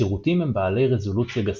השירותים הם בעלי רזולוציה גסה.